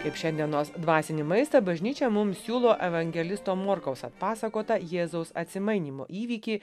kaip šiandienos dvasinį maistą bažnyčia mums siūlo evangelisto morkaus atpasakotą jėzaus atsimainymo įvykį